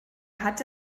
hatte